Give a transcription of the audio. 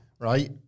right